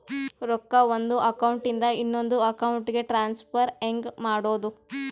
ರೊಕ್ಕ ಒಂದು ಅಕೌಂಟ್ ಇಂದ ಇನ್ನೊಂದು ಅಕೌಂಟಿಗೆ ಟ್ರಾನ್ಸ್ಫರ್ ಹೆಂಗ್ ಮಾಡೋದು?